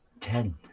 ten